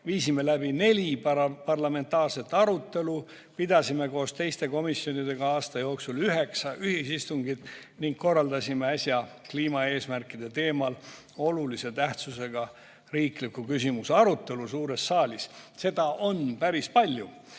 viisime läbi neli parlamentaarset arutelu, pidasime koos teiste komisjonidega aasta jooksul üheksa ühisistungit ning korraldasime äsja kliimaeesmärkide teemal olulise tähtsusega riikliku küsimuse arutelu suures saalis. Seda on päris palju.